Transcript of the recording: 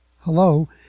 hello